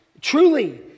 truly